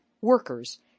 workers